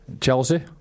Chelsea